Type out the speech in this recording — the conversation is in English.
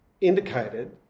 indicated